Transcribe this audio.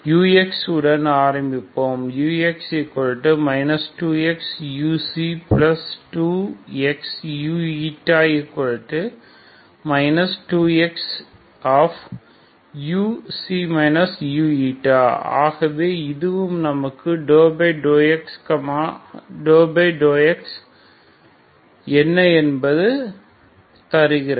ux உடன் ஆரம்பிப்போம் ux 2xu2xu 2xu u ஆகவே இதுவும் நமக்கு ∂x ∂x என்பது என்ன என்று தருகிறது